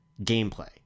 gameplay